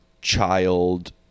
child